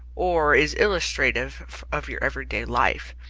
or is illustrative of your every-day life,